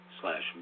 slash